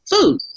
food